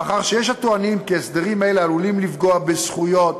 מאחר שיש הטוענים כי הסדרים אלה עלולים לפגוע בזכויות